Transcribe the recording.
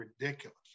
ridiculous